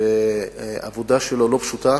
והעבודה שלו לא פשוטה.